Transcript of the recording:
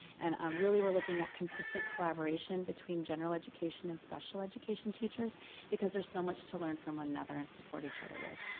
and really we're looking at consistent collaboration between general education and special education teachers because there's so much to learn from one another and support each other with.